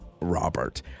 Robert